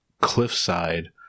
cliffside